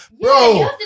Bro